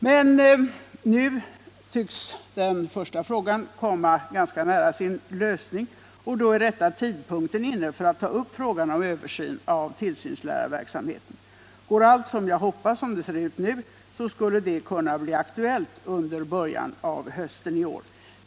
Men nu tycks den första frågan vara ganska nära sin lösning, och då är rätta tidpunkten inne att ta upp frågan om översyn av tillsynslärarverksamheten. Går allt som jag hoppas — som det ser ut nu —så skulle det kunna bli aktuellt i början av hösten i år.